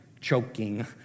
choking